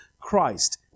Christ